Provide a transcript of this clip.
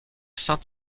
saint